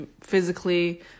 physically